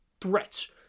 threats